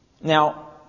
Now